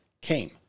came